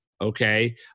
Okay